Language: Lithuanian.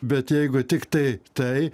bet jeigu tiktai tai